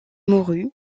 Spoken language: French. mourut